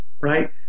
right